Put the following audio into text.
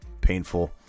Painful